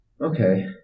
Okay